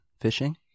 Fishing